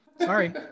sorry